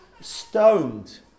stoned